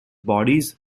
bodies